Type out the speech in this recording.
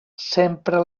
sempre